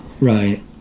right